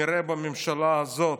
נראה בממשלה הזאת,